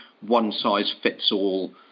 one-size-fits-all